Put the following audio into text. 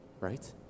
right